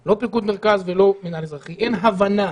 לא בפיקוד מרכז ולא במינהל האזרחי, אין הבנה